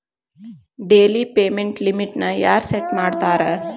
daily payment ಲಿಮಿಟ್ನ ಯಾರ್ set ಮಾಡ್ತಾರಾ